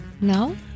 No